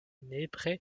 nepre